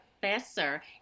professor